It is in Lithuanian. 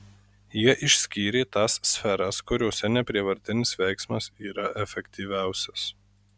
jie išskyrė tas sferas kuriose neprievartinis veiksmas yra efektyviausias